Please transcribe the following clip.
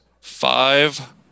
Five